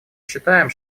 считаем